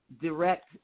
direct